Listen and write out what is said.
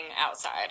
outside